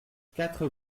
quatre